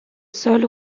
sol